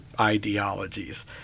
ideologies